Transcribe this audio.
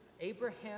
Abraham